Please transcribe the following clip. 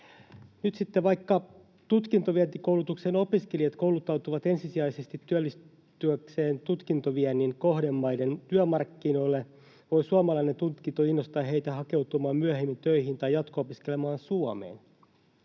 vaikka tutkintovientikoulutuksen opiskelijat kouluttautuvat ensisijaisesti työllistyäkseen tutkintoviennin kohdemaiden työmarkkinoille, voi suomalainen tutkinto innostaa heitä hakeutumaan myöhemmin töihin tai jatko-opiskelemaan Suomeen.